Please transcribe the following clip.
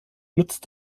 nutzt